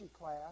class